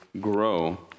grow